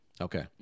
Okay